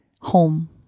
Home